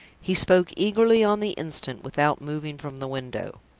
he spoke eagerly on the instant, without moving from the window.